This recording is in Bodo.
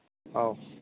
औ